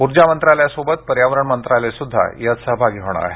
ऊर्जा मंत्रालयासोबत पर्यावरण मंत्रालय सुद्धा यात सहभागी होणार आहे